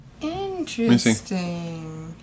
Interesting